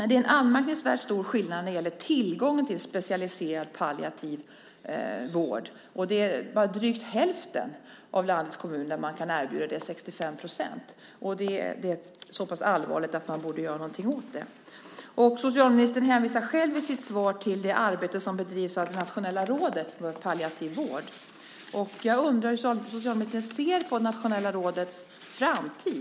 Det är en anmärkningsvärt stor skillnad när det gäller tillgången till specialiserad palliativ vård. Bara i drygt hälften, 65 %, av landets kommuner kan man erbjuda det. Det är så pass allvarligt att man borde göra något åt det. Socialministern hänvisar själv i sitt svar till det arbete som bedrivs av Nationella rådet för palliativ vård. Jag undrar hur socialministern ser på det nationella rådets framtid.